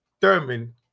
Thurman